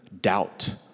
doubt